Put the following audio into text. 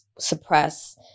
suppress